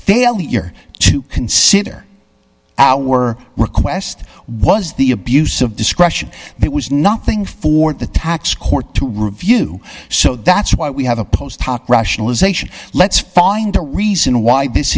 failure to consider our request was the abuse of discretion there was nothing for the tax court to review so that's why we have a post hoc rationalization let's find a reason why this